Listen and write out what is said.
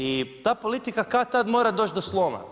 I ta politika kad-tad mora doći do sloma.